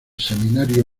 seminario